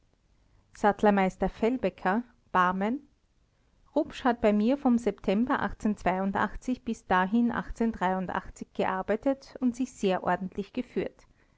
sattlermeister fellbecker barmen rupsch hat bei mir vom september bis dahin gearbeitet und sich sehr ordentlich geführt